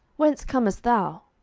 whence comest thou?